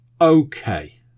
Okay